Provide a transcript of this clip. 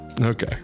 okay